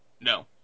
No